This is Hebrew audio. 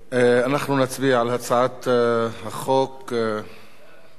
אנחנו נצביע על הצעת החוק לשינוי